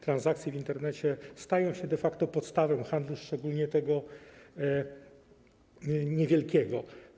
Transakcje w Internecie stają się de facto podstawą handlu, szczególnie tego niewielkiego.